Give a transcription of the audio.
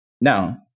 Now